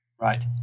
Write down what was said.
right